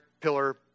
pillar